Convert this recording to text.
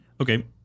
Okay